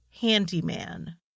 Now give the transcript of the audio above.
handyman